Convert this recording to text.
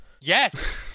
Yes